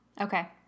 okay